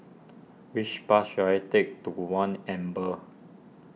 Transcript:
which bus should I take to one Amber